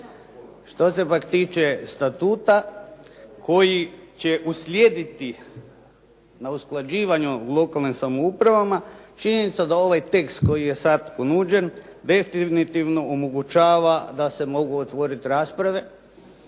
što se pak tiče statuta koji će uslijediti na usklađivanju lokalnim samoupravama, činjenica da ovaj tekst koji je sad ponuđen definitivno omogućava da se mogu otvoriti rasprave,